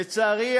לצערי,